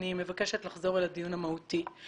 אני מבקשת לחזור לדיון המהותי.